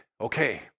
okay